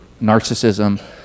narcissism